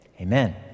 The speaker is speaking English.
Amen